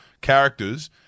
characters